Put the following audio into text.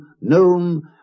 known